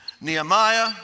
Nehemiah